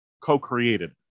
co-created